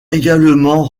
également